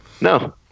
No